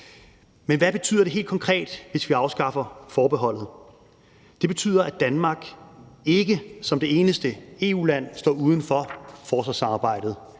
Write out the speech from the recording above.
Men hvad betyder det helt konkret, hvis vi afskaffer forbeholdet? Det betyder, at Damark ikke som det eneste EU-land står uden for forsvarssamarbejdet.